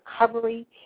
recovery